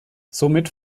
somit